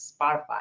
Spotify